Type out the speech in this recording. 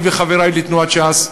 אני וחברי לתנועת ש"ס,